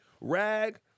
rag